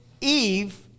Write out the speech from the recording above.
Eve